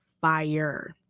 fire